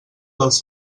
dels